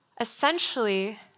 Essentially